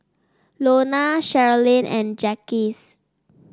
Lona Sherilyn and Jaquez